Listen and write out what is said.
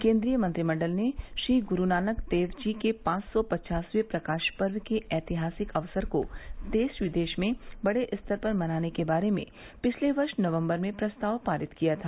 केन्द्रीय मंत्रिमण्डल ने श्री गुरुनानक देव जी के पांच सौ पचासवें प्रकाश पर्व के ऐतिहासिक अवसर को देश विदेश में बड़े स्तर पर मनाने के बारे में पिछले वर्ष नवम्बर में प्रस्ताव पारित किया था